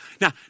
Now